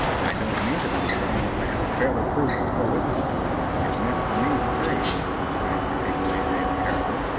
and i don't mean to believe it unless i have it fairly proved before witnesses it's not for me to say who has been trying to take away james' character,